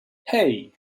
hey